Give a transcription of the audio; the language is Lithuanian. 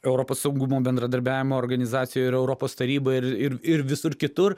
europos saugumo bendradarbiavimo organizacijoje ir europos taryboje ir ir ir visur kitur